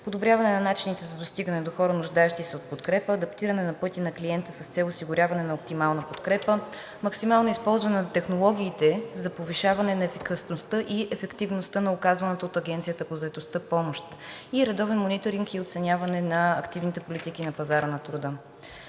подобряване на начините за достигане до хора, нуждаещи се от подкрепа; адаптиране на пътя на клиента с цел осигуряване на оптимална подкрепа; максимално използване на технологиите за повишаване на ефикасността и ефективността на оказваната от Агенцията по заетостта помощ; и редовен мониторинг и оценяване на активните политики на пазара на труда.